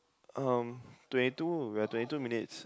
um twenty two we are twenty two minutes